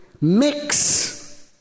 mix